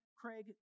craig